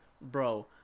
Bro